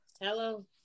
hello